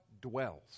dwells